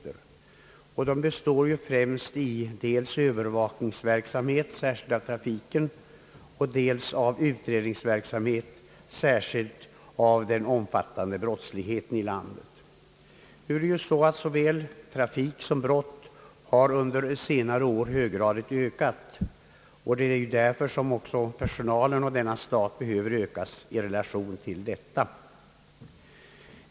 De består främst dels av övervakningsverksamhet, särskilt av trafiken, och dels av utredningsverksamhet, särskilt av den omfattande brottsligheten inom landet. Såväl trafiken som brottsligheten har under senare år höggradigt ökat. Det är därför som också personalen på denna stat behöver ökas i relation till detta.